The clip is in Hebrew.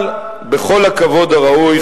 אבל בכל הכבוד הראוי,